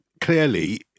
clearly